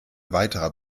weiterer